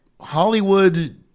Hollywood